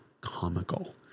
comical